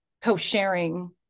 co-sharing